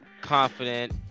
confident